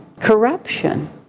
corruption